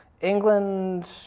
England